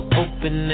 open